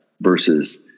versus